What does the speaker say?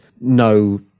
no